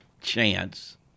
chance